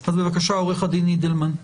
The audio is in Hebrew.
בבקשה, עורך הדין אידלמן.